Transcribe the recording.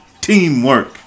teamwork